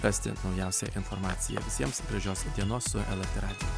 rasti naujausią informaciją visiems gražios dienos su lrt radiju